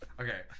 Okay